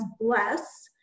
bless